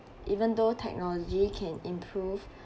even though technology can improve